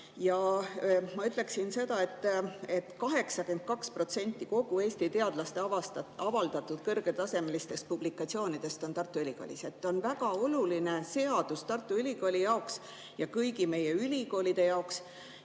Ja ma ütleksin seda, et 82% kogu Eesti teadlaste avaldatud kõrgetasemelistest publikatsioonidest on Tartu Ülikoolist. See on väga oluline seadus Tartu Ülikooli jaoks ja kõigi meie ülikoolide jaoks.